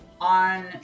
on